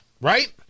Right